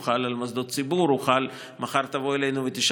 הוא חל על מוסדות ציבור,